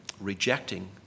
rejecting